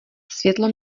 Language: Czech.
světlo